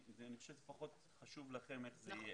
אני חשוב שזה פחות חשוב לכם איך זה יהיה.